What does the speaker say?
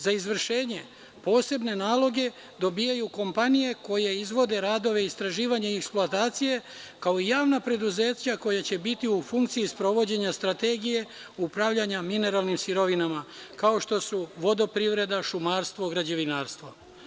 Za izvršenje, posebne naloge dobijaju kompanije koje izvode radove istraživanja i eksploatacije, kao javna preduzeća koja će biti u funkciji sprovođenja strategije upravljanja mineralnim sirovinama, kao što su vodoprivreda, šumarstvo, građevinarstvo.